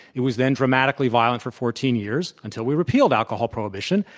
it was then dramatically violent for fourteen years, until we repealed alcohol prohibition,